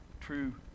true